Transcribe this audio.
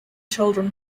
children